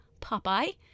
Popeye